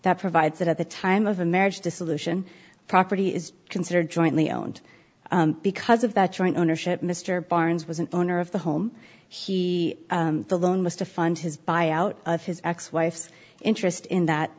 that provides that at the time of a marriage dissolution property is considered jointly owned because of that joint ownership mr barnes was an owner of the home he the loan was to fund his buyout of his ex wife's interest in that